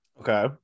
Okay